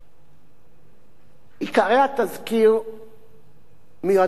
עיקרי התזכיר מיועדים להסדיר את הדברים הבאים: